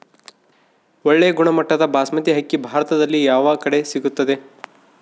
ಒಳ್ಳೆ ಗುಣಮಟ್ಟದ ಬಾಸ್ಮತಿ ಅಕ್ಕಿ ಭಾರತದಲ್ಲಿ ಯಾವ ಕಡೆ ಸಿಗುತ್ತದೆ?